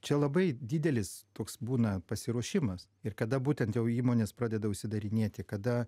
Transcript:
čia labai didelis toks būna pasiruošimas ir kada būtent jau įmonės pradeda užsidarinėti kada